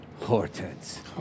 Hortense